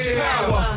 power